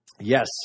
Yes